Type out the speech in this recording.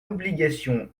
obligation